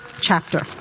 chapter